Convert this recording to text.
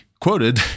quoted